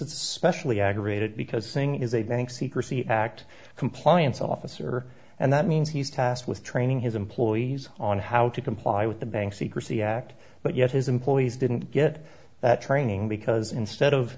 it's specially aggravated because singh is a bank secrecy act compliance officer and that means he's tasked with training his employees on how to comply with the bank secrecy act but yet his employees didn't get that training because instead of